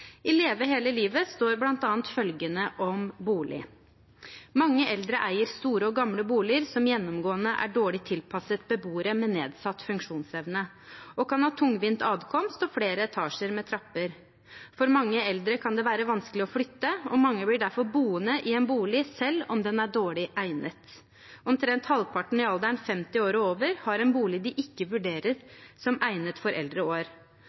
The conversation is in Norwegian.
I Leve hele livet står bl.a. følgende om bolig: «Mange eldre eier store og gamle boliger som gjennomgående er dårlig tilpasset beboere med nedsatt funksjonsevne, og kan ha tungvint adkomst og flere etasjer med trapper. For mange eldre kan det være vanskelig å flytte, og mange blir derfor boende i en bolig selv om den er dårlig egnet. Omtrent halvparten i alderen 50 år og over, har en bolig de ikke vurderer som egnet for eldre år.